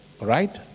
right